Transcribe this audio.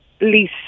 lease